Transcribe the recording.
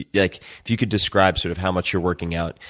yeah like if you could describe sort of how much you're working out,